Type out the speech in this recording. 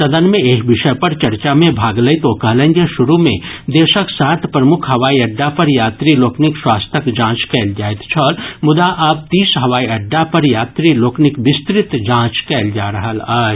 सदन मे एहि विषय पर चर्चा मे भाग लैत ओ कहलनि जे शुरू मे देशक सात प्रमुख हवाई अड्डा पर यात्री लोकनिक स्वास्थ्यक जांच कयल जाइत छल मुदा आब तीस हवाई अड्डा पर यात्री लोकनिक विस्तृत जांच कयल जा रहल अछि